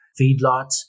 feedlots